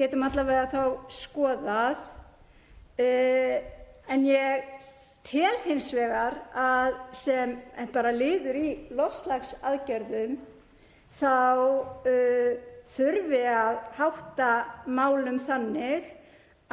getum þá alla vega skoðað. Ég tel hins vegar að sem liður í loftslagsaðgerðum þurfi að hátta málum þannig